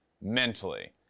mentally